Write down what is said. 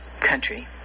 country